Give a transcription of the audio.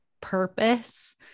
purpose